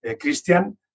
christian